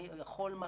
אני יכול מחר